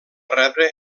rebre